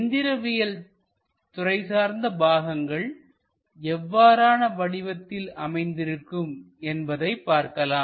எந்திரவியல்துறை சார்ந்த பாகங்கள் எவ்வாறான வடிவத்தில் அமைந்திருக்கும் என்பதைப் பார்க்கலாம்